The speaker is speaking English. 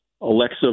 Alexa